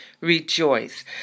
Rejoice